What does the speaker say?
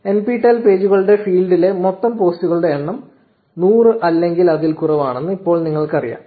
NPTEL പേജുകളുടെ ഫീഡിലെ മൊത്തം പോസ്റ്റുകളുടെ എണ്ണം 100 അല്ലെങ്കിൽ അതിൽ കുറവാണെന്ന് ഇപ്പോൾ നിങ്ങൾക്കറിയാം